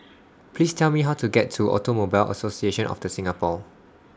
Please Tell Me How to get to Automobile Association of The Singapore